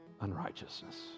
unrighteousness